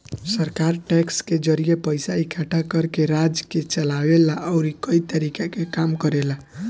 सरकार टैक्स के जरिए पइसा इकट्ठा करके राज्य के चलावे ला अउरी कई तरीका के काम करेला